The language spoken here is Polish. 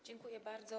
Dziękuję bardzo.